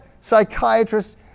psychiatrists